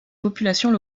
populations